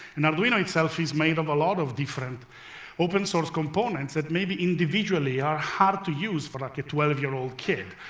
and arduino itself is made of a lot of different open-source components that maybe individually are hard to use for like a twelve year old kid,